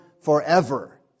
forever